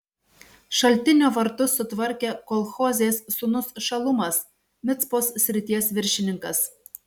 šaltinio vartus sutvarkė kol hozės sūnus šalumas micpos srities viršininkas